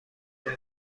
کنیم